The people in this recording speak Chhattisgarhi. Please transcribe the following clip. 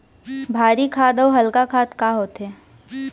भारी खाद अऊ हल्का खाद का होथे?